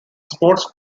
sports